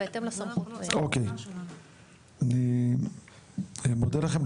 אוקי אני מודה לכם,